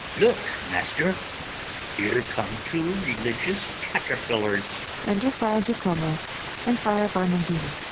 look, master here come two religious caterpillars. enter friar jacomo and friar barnardine.